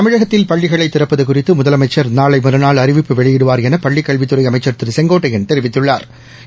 தமிழகத்தில் பள்ளிகளை திறப்பது குறித்து முதலமைச்சர் நாளை மறுநாள் அறிவிப்பு வெளியிடுவார் என பள்ளிக்கல்வித்துறை அமைச்சா் திரு செங்கோட்டையன் தெரிவித்துள்ளாா்